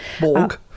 Borg